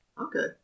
Okay